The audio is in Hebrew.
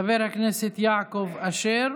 חבר הכנסת יעקב אשר,